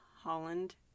Holland